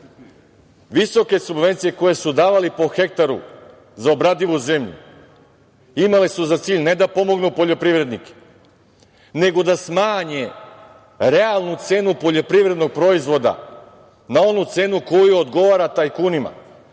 Visoke subvencije koje su davali po hektaru za obradivu zemlju imale su za cilj ne da pomognu poljoprivrednike, nego da smanje realnu cenu poljoprivrednog proizvoda na onu cenu koja odgovara tajkunima,